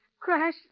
Crash